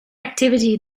activity